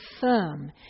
firm